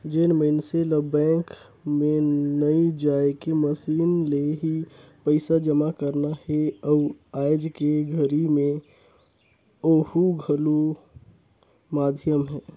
जेन मइनसे ल बैंक मे नइ जायके मसीन ले ही पइसा जमा करना हे अउ आयज के घरी मे ओहू घलो माधियम हे